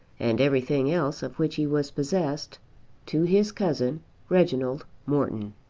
and everything else of which he was possessed to his cousin reginald morton.